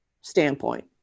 standpoint